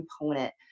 component